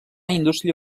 indústria